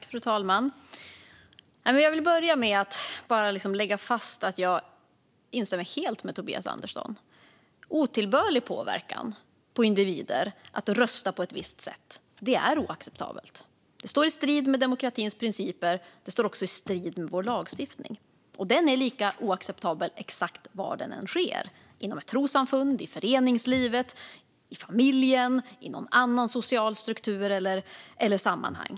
Fru talman! Jag vill börja med att slå fast att jag helt instämmer med Tobias Andersson om att otillbörlig påverkan på individer att rösta på ett visst sätt är något oacceptabelt. Det står i strid med demokratins principer och med vår lagstiftning. Det är lika oacceptabelt precis var det än sker - inom ett trossamfund, i föreningslivet, i familjen, i någon annan social struktur eller i något annat sammanhang.